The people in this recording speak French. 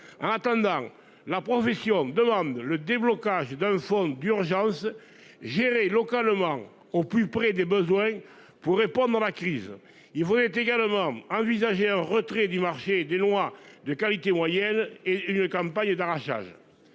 En attendant, la profession demande le déblocage d'un fonds d'urgence gérés localement au plus près des besoins pour répondre à la crise. Il vous est également envisagé un retrait du marché des noix de qualité moyenne et une campagne d'arrachage.